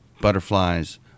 butterflies